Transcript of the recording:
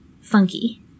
funky